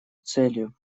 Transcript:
целью